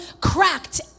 cracked